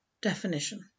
Definition